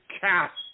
cast